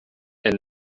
and